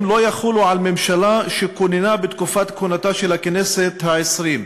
לא יחולו על ממשלה שכוננה בתקופת כהונתה של הכנסת העשרים,